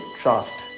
trust